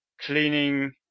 cleaning